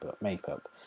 makeup